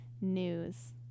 News